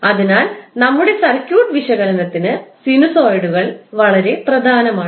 അതിനാൽ നമ്മുടെ സർക്യൂട്ട് വിശകലനത്തിന് സിനുസോയിഡുകൾ വളരെ പ്രധാനമാണ്